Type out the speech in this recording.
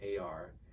ar